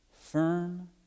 firm